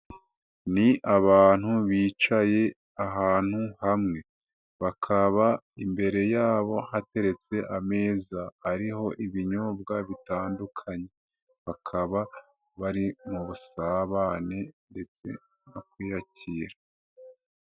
Ni abantu bicaye ahantu hamwe bakaba imbere yabo hateretse ameza ariho ibinyobwa bitandukanye, bakaba bari mu busabane ndetse no kwiyakira.